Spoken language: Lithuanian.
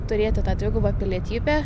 turėti tą dvigubą pilietybę